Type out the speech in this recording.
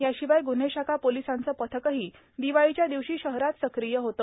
याशिवाय ग्न्हेशाखा पोलिसांचे पथकही दिवाळीच्या दिवशी शहरात सक्रिय होते